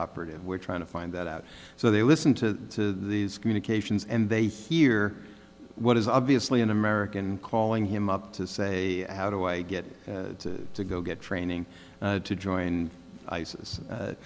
operative we're trying to find that out so they listen to these communications and they hear what is obviously an american calling him up to say how do i get to go get training to join isis